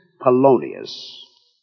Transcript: Polonius